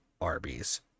Arby's